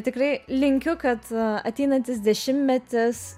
tikrai linkiu kad a ateinantis dešimtmetis